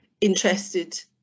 interested